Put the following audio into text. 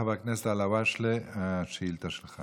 חבר הכנסת אלהואשלה, השאילתה שלך